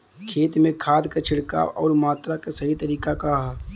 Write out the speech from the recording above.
खेत में खाद क छिड़काव अउर मात्रा क सही तरीका का ह?